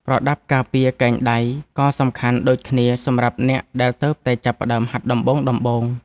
ប្រដាប់ការពារកែងដៃ ក៏សំខាន់ដូចគ្នាសម្រាប់អ្នកដែលទើបតែចាប់ផ្ដើមហាត់ដំបូងៗ។